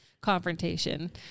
confrontation